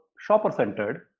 shopper-centered